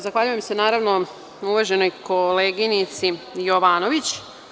Zahvaljujem se uvaženoj koleginici Jovanović.